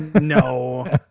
no